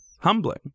Humbling